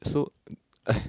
so